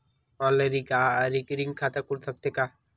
Online recurring खाता खुल सकथे का?